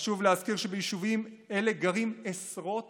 חשוב להזכיר שביישובים אלה גרים עשרות